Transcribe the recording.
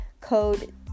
code